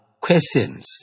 questions